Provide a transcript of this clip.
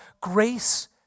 grace